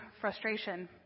frustration